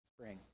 Spring